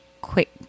quick